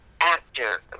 actor